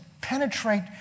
penetrate